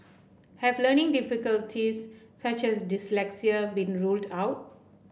have learning difficulties such as dyslexia been ruled out